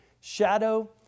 shadow